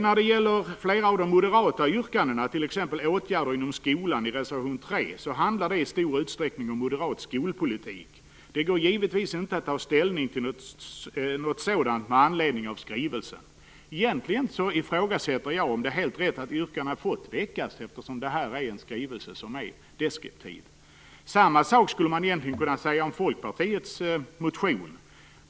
När det gäller flera av de moderata yrkandena, t.ex. i reservation 3 om åtgärder inom skolan, handlar det i stor utsträckning om moderat skolpolitik. Det går givetvis inte att ta ställning till något sådant med anledning av skrivelsen. Egentligen ifrågasätter jag om det är helt rätt att yrkandena har fått göras, eftersom detta är en skrivelse som är deskriptiv. Samma sak skulle man egentligen kunna säga om folkpartiets motion.